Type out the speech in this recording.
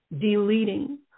Deleting